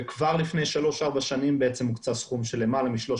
וכבר לפני שלוש-ארבע שנים הוקצה סכום של למעלה מ-300